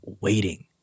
waiting